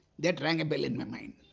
that rang a bell in my mind.